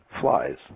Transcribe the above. flies